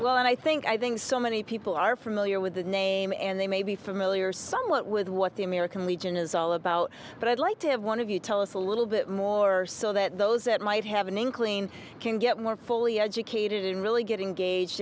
well and i think i think so many people are familiar with the name and they may be familiar somewhat with what the american legion is all about but i'd like to have one of you tell us a little bit more so that those that might have an inkling can get more fully educated in really get